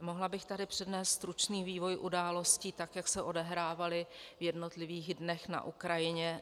Mohla bych tady přednést stručný vývoj událostí tak, jak se odehrávaly v jednotlivých dnech na Ukrajině.